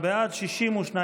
הסתייגות 23 לא נתקבלה.